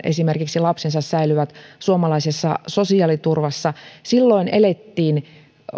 esimerkiksi heidän lapsensa säilyvät suomalaisessa sosiaaliturvassa silloin elettiin